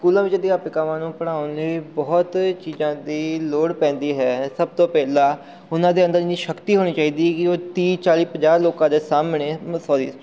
ਸਕੂਲਾਂ ਵਿੱਚ ਅਧਿਆਪਿਕਾਵਾਂ ਨੂੰ ਪੜ੍ਹਾਉਣ ਲਈ ਬਹੁਤ ਚੀਜ਼ਾਂ ਦੀ ਲੋੜ ਪੈਂਦੀ ਹੈ ਸਭ ਤੋਂ ਪਹਿਲਾਂ ਉਹਨਾਂ ਦੇ ਅੰਦਰ ਇੰਨੀ ਸ਼ਕਤੀ ਹੋਣੀ ਚਾਹੀਦੀ ਕਿ ਉਹ ਤੀਹ ਚਾਲ੍ਹੀ ਪੰਜਾਹ ਲੋਕਾਂ ਦੇ ਸਾਹਮਣੇ ਸੋਰੀ